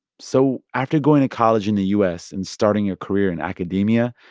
so after going to college in the u s. and starting a career in academia,